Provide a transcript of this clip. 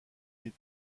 des